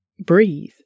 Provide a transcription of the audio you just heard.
breathe